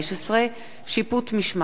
15) (שיפוט משמעתי),